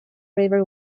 river